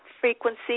frequency